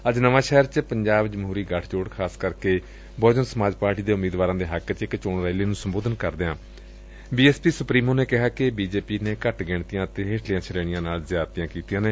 ਅੱਜ ਨਵਾਂ ਸ਼ਹਿਰ ਚ ਪੰਜਾਬ ਜਮਹੁਰੀ ਗਠਜੋੜ ਅਤੇ ਖਾਸ ਕਰਕੇ ਬਹੁਜਨ ਸਮਾਜ ਪਾਰਟੀ ਦੇ ਉਮੀਦਵਾਰਾਂ ਦੇ ਹੱਕ ਚ ਇਕ ਚੋਣ ਰੈਲੀ ਨੂੰ ਸੰਬੋਧਨ ਕਰਦਿਆਂ ਬੀ ਐਸ ਪੀ ਸੁਪਰੀਮੋ ਨੇ ਕਿਹਾ ਕਿ ਬੀਜੇਪੀ ਨੇ ਘੱਟ ਗਿਣਤੀਆਂ ਅਤੇ ਹੇਠਲੀਆਂ ਸ੍ਹੇਣੀਆਂ ਨਾਲ ਜ਼ਿਆਦਤੀਆਂ ਕੀਤੀਆਂ ਨੇ